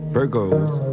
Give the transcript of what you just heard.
Virgos